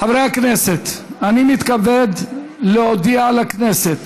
חברי הכנסת, אני מתכבד להודיע לכנסת